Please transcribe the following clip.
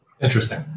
Interesting